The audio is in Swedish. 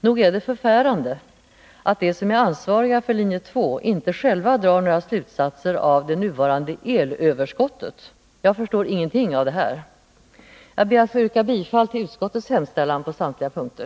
Nog är det förfärande att de som är ansvariga för linje 2 själva inte drar några slutsatser i fråga om det nuvarande elöverskottet! Jag förstår ingenting av det här! Jag ber att få yrka bifall till utskottets hemställan på samtliga punkter.